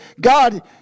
God